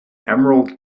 emerald